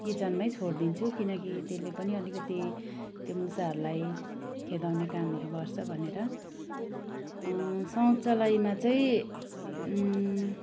किचनमै छोडिदिन्छु किनकी त्यसले पनि अलिकति त्यो मुसाहरूलाई खेदाउने कामहरू गर्छ भनेर शौचालयमा चाहिँ